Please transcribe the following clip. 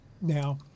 Now